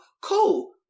Cool